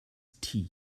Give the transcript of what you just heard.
tea